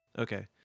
Okay